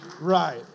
right